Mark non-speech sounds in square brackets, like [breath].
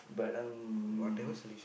but um [breath]